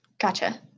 Gotcha